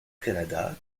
canada